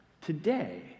today